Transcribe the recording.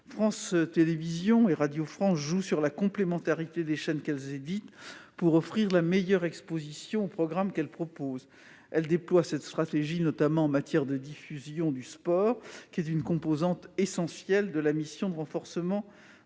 France Télévisions et Radio France jouent sur la complémentarité des chaînes qu'elles éditent pour offrir la meilleure exposition aux programmes qu'elles proposent. Elles déploient cette stratégie notamment en matière de diffusion du sport, qui est une composante essentielle de la mission de renforcement de la cohésion